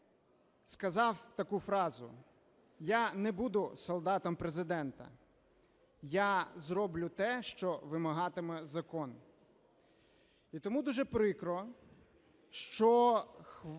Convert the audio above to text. сказав таку фразу: "Я не буду солдатом президента. Я зроблю те, що вимагатиме закон". І тому дуже прикро, що